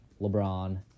LeBron